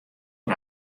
oer